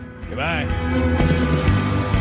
Goodbye